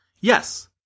yes